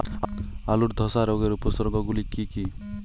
আলুর ধসা রোগের উপসর্গগুলি কি কি?